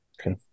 Okay